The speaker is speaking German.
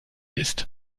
ist